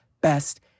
best